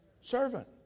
Servant